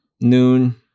noon